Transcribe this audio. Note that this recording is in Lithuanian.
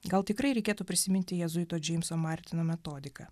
gal tikrai reikėtų prisiminti jėzuito džeimso martino metodiką